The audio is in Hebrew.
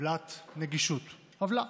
עוולת נגישות, עוולה.